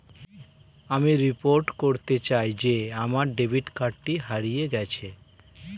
আমি রিপোর্ট করতে চাই যে আমার ডেবিট কার্ডটি হারিয়ে গেছে